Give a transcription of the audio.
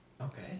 Okay